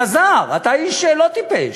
אלעזר, אתה איש לא טיפש.